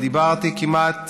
דיברתי כמעט